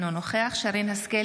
אינו נוכח שרן מרים השכל,